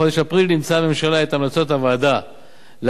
בחודש אפריל אימצה הממשלה את המלצות הוועדה להגברת